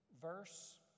verse